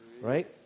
Right